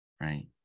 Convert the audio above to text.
right